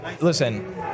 listen